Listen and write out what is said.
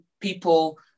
people